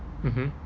mmhmm